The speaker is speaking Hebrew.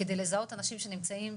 כדי לזהות אנשים שנמצאים,